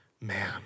Man